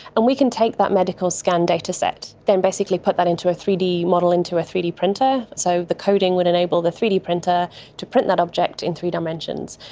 and we can take that medical scan dataset, then basically put that into a three d model into a three d printer, so the coding would enable the three d printer to print that object in three dimensions.